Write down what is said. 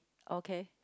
okay